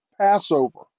Passover